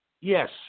Yes